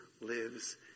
lives